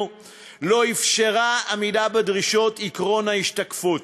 לא אפשרה עמידה בדרישות עקרון ההשתקפות,